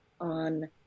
on